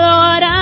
Lord